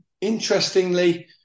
interestingly